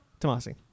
Tomasi